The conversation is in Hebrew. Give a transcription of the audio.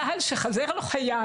איפה צה"ל שחסר לו חייל?